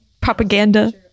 Propaganda